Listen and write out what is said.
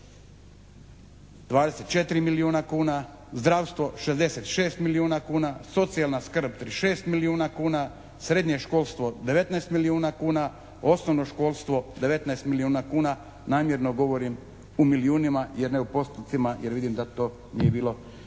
24 milijuna kuna, zdravstvo 66 milijuna kuna, socijalna skrb 36 milijuna kuna, srednje školstvo 19 milijuna kuna, osnovno školstvo 19 milijuna kuna. Namjerno govorim u milijunima a ne u postotcima jer vidim da to nije bilo